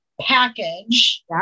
package